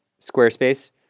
Squarespace